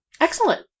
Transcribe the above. Excellent